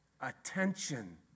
Attention